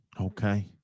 Okay